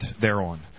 thereon